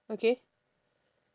okay